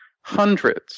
hundreds